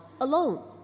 alone